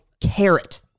carrot